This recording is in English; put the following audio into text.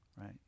right